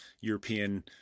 European